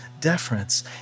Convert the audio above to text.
deference